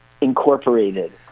Incorporated